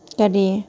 ꯀꯔꯤ